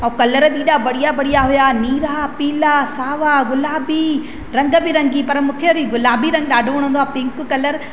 ऐं कलर बि एॾा बढ़िया बढ़िया हुया नीरा पीला सावा गुलाबी रंग बिरंगी पर मूंखे वरी गुलाबी रंग ॾाढो वणंदो आहे त पिंक कलर